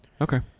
Okay